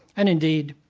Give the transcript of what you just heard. and indeed,